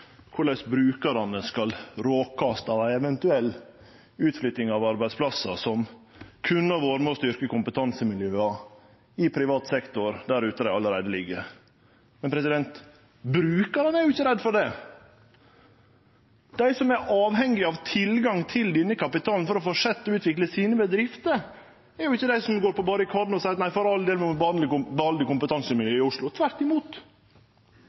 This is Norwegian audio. korleis brukarane skal råkast av ei eventuell utflytting av arbeidsplassar, som kunne ha vore med på å styrkje kompetansemiljøa i privat sektor der ute der dei allereie ligg. Men brukarane er ikkje redde for det. Dei som er avhengige av tilgang til denne kapitalen for å fortsetje med å utvikle sine bedrifter, er ikkje dei som går på barrikaden og seier at vi for all del må behalde kompetansemiljøet i Oslo. Tvert imot: